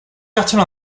fertile